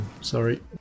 Sorry